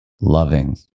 loving